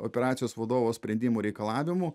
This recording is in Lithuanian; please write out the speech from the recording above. operacijos vadovo sprendimų reikalavimų